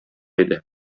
иде